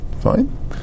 Fine